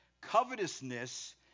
covetousness